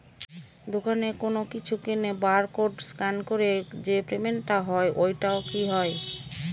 দোকানে কোনো কিছু কিনে বার কোড স্ক্যান করে যে পেমেন্ট টা হয় ওইটাও কি হয়?